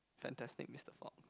Fantastic Mister Fox